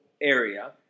area